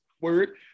word